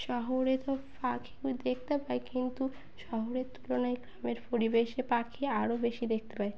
শহরে তো পাখি দেখতে পাই কিন্তু শহরের তুলনায় গ্রামের পরিবেশে পাখি আরও বেশি দেখতে পায়